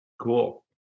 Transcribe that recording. Cool